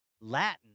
Latin